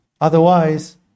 Otherwise